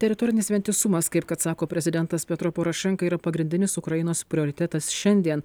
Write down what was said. teritorinis vientisumas kaip kad sako prezidentas petro porošenka yra pagrindinis ukrainos prioritetas šiandien